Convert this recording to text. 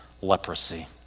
leprosy